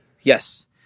Yes